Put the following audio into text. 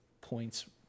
points